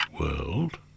world